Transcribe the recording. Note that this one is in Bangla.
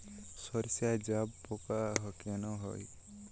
সর্ষায় জাবপোকা কেন হয়?